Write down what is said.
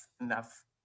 enough